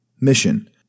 Mission